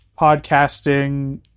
podcasting